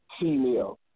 female